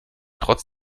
trotz